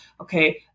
okay